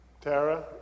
Tara